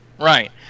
Right